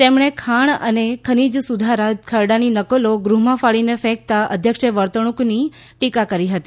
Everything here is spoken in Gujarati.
તેમણે ખાણ અને ખનીજ સુધારા ખરડાની નકલો ગુહમાં ફાડીને ફેંકતા અધ્યક્ષે વર્તણૂંકની ટીકા કરી હતી